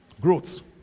Growth